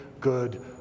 good